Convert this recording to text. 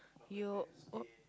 you o~